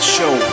Show